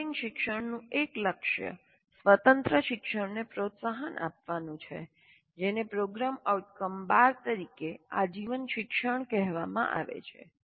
engineering શિક્ષણનું એક લક્ષ્ય સ્વતંત્ર શિક્ષણને પ્રોત્સાહન આપવાનું છે જેને પ્રોગ્રામ આઉટકમ 12 તરીકે આજીવન શિક્ષણ કહેવામાં આવે છે